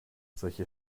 solche